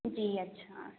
جی اچھا ہاں